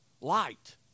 light